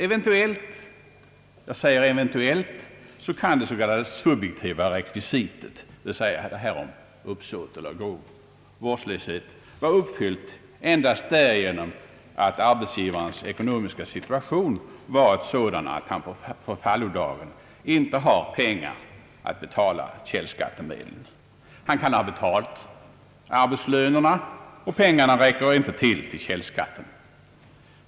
Eventuellt — jag säger eventuellt — kan det s.k. subjektiva rekvisitet, dvs. uppsåt eller grov vårdslöshet, vara uppfyllt endast därigenom att arbetsgivarens ekonomiska situation är sådan att han på förfallodagen inte har pengar att betala källskattemedlen. Han kan ha betalat arbetslönerna, och pengarna räcker inte till för källskatten.